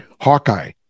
Hawkeye